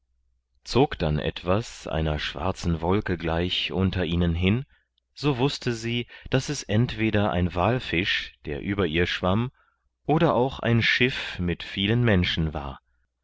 zog dann etwas einer schwarzen wolke gleich unter ihnen hin so wußte sie daß es entweder ein walfisch der über ihr schwamm oder auch ein schiff mit vielen menschen war